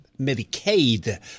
Medicaid